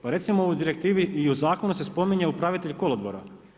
Pa recimo i u direktivni i u zakonu se spominje upravitelj kolodvora.